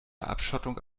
abschottung